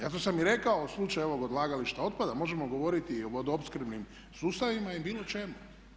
Zato sam i rekao u slučaju ovog odlagališta otpada možemo govoriti i o vodoopskrbnim slučajevima i bilo čemu.